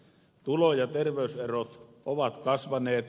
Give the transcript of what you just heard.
tulo ja terveyserot ovat kasvaneet